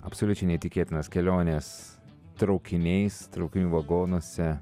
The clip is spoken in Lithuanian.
absoliučiai neįtikėtinas keliones traukiniais traukinių vagonuose